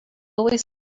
always